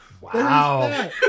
Wow